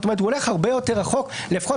זאת אומרת הוא הולך הרבה יותר רחוק לפחות